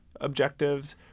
objectives